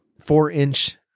four-inch